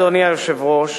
אדוני היושב-ראש,